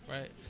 Right